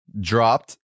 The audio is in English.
dropped